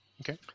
Okay